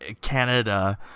Canada